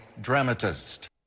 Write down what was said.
Dramatist